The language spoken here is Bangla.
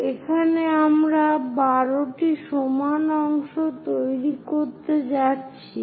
এখানে আমরা 12 টি অংশ তৈরি করতে যাচ্ছি